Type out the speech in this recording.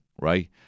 right